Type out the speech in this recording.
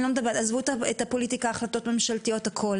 עזבו את הפוליטיקה והחלטות ממשלתיות והכול